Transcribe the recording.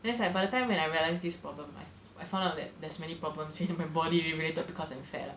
then it's like by the time when I realized this problem I I found out that there's many problems in my body related because I'm fat lah